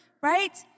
right